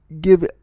give